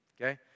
Okay